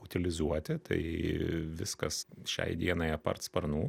utilizuoti tai viskas šiai dienai apart sparnų